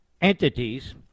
entities